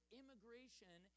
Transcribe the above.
immigration